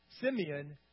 Simeon